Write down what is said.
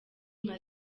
nka